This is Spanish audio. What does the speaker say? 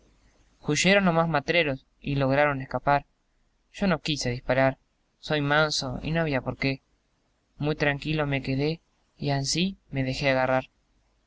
los más matreros y lograron escapar yo no quise disparar soy manso y no había porqué muy tranquilo me quedé y ansí me dejé agarrar